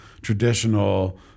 traditional